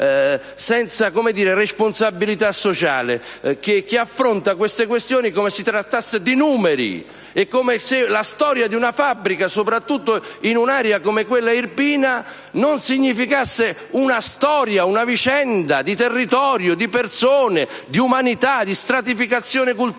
senza responsabilità sociale, che affronta le questioni come se si trattasse di numeri e come se la storia di una fabbrica, soprattutto in un'area come quella irpina, non significasse la storia di un territorio, di persone, di umanità, di stratificazione culturale,